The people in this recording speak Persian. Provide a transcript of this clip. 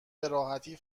بهراحتی